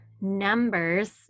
numbers